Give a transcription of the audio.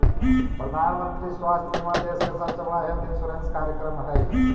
प्रधानमंत्री स्वास्थ्य बीमा देश के सबसे बड़ा हेल्थ इंश्योरेंस कार्यक्रम हई